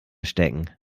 stecken